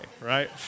Right